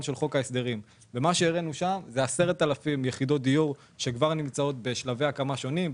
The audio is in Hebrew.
בחוק ההסדרים - 10,000 יחידות דיור שנמצאות בשלבי הקמה שונים,